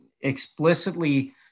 explicitly